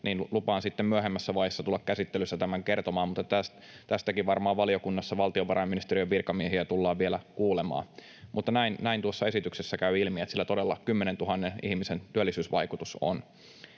niin lupaan sitten myöhemmässä vaiheessa tulla käsittelyssä tämän kertomaan. Tästäkin varmaan valiokunnassa valtiovarainministeriön virkamiehiä tullaan vielä kuulemaan, mutta näin tuossa esityksessä käy ilmi, että sillä todella 10 000 ihmisen työllisyysvaikutus on.